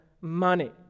money